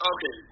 Okay